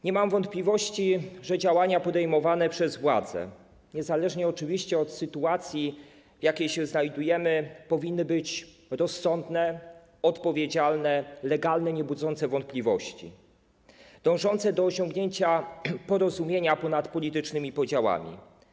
Nie mam wątpliwości co do tego, że działania podejmowane przez władzę, niezależnie oczywiście od sytuacji, w jakiej się znajdujemy, powinny być rozsądne, odpowiedzialne, legalne, niebudzące wątpliwości, dążące do osiągnięcia porozumienia ponad politycznymi podziałami.